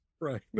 Right